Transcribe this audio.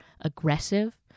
aggressive